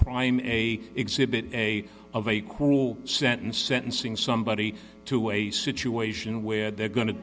prime an exhibit a of a cruel sentence sentencing somebody to a situation where they're going to